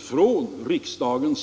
från riksdagen.